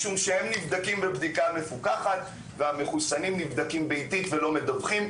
משום שהם נבדקים בבדיקה מפוקחת והמחוסנים נבדקים ביתית ולא מדווחים.